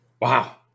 Wow